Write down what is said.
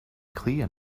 clear